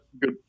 good